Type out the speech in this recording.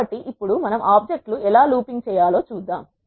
కాబట్టి ఇప్పుడుమనము ఆబ్జెక్ట్ లు ఎలా లూపింగ్ చేయాలో చూద్దాం